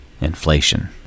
Inflation